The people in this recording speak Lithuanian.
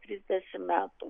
trisdešimt metų